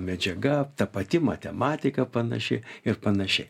medžiaga ta pati matematika panaši ir panašiai